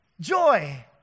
joy